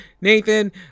Nathan